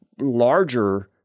larger